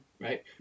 right